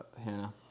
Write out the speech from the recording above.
Hannah